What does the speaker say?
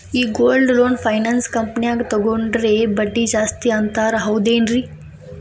ಈ gold loan finance ಕಂಪನ್ಯಾಗ ತಗೊಂಡ್ರೆ ಬಡ್ಡಿ ಜಾಸ್ತಿ ಅಂತಾರ ಹೌದೇನ್ರಿ?